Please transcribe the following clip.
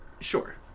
Sure